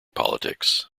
politics